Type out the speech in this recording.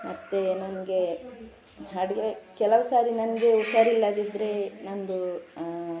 ಮತ್ತು ನನಗೆ ಅಡುಗೆ ಕೆಲವು ಸಾರಿ ನನಗೆ ಹುಷಾರಿಲ್ಲದಿದ್ರೆ ನನ್ನದು